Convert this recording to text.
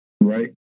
Right